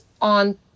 on